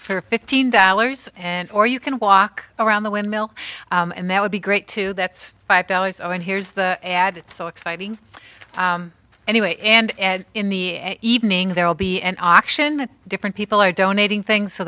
for fifteen dollars and or you can walk around the windmill and that would be great too that's five dollars oh and here's the ad it's so exciting anyway and in the evening there will be an auction with different people are donating things so